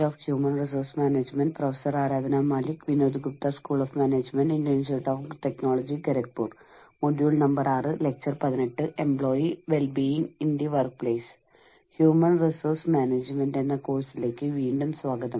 human resource management എന്ന കോഴ്സിലേക്ക് വീണ്ടും സ്വാഗതം